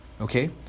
Okay